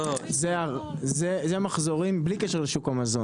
לא, זה מחזורים בלי קשר לשוק המזון,